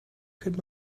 could